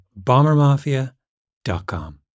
bombermafia.com